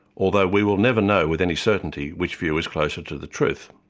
although we will never know with any certainty which view is closer to the truth.